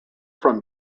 from